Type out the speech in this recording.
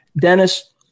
Dennis